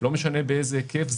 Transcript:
לא משנה באיזה היקף,